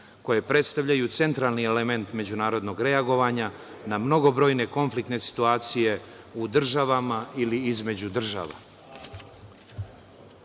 koje predstavljaju centralni element međunarodnog reagovanja na mnogobrojne konfliktne situacije u državama ili između država.